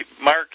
Mark